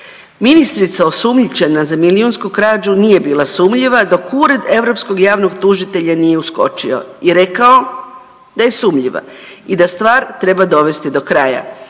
Ministrica osumnjičena za milijunsku krađu nije bila sumnjiva dok Ured europskog javnog tužitelja nije uskočio i rekao da je sumnjiva i da stvar treba dovesti do kraja.